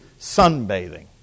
sunbathing